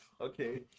Okay